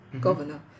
governor